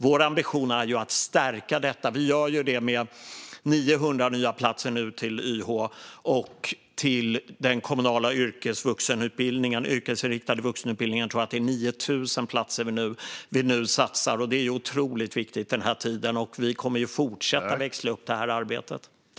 Vår ambition är att stärka detta. Vi gör det med 900 nya platser till YH och till den kommunala yrkesvuxenutbildningen. Till den yrkesinriktade vuxenutbildningen tror jag att det är 9 000 platser vi nu satsar på. Det är otroligt viktigt i denna tid, och vi kommer att fortsätta växla upp det arbetet.